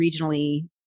regionally